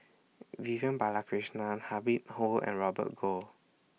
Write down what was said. Vivian Balakrishnan Habib horn and Robert Goh